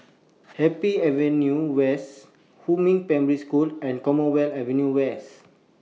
Happy Avenue West Huamin Primary School and Commonwealth Avenue West